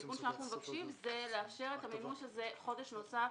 התיקון שאנחנו מבקשים הוא לאפשר את המימוש הזה חודש נוסף.